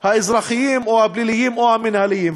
האזרחיים או הפליליים או המינהליים.